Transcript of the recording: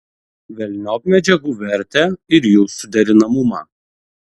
velniop medžiagų vertę ir jų suderinamumą